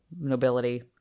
nobility